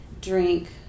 drink